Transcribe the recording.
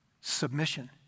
submission